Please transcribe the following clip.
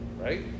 right